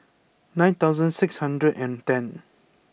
nine thousand six hundred and ten